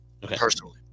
personally